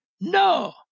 No